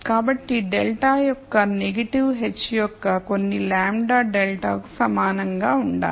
కాబట్టి ∇ యొక్కనెగటివ్ h యొక్క కొన్నిλ ∇ కు సమానంగా ఉండాలి